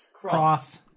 Cross